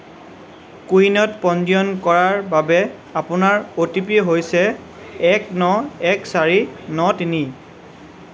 কোৱিনত পঞ্জীয়ন কৰাৰ বাবে আপোনাৰ অ'টিপি হৈছে এক ন এক চাৰি ন তিনি